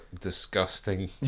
disgusting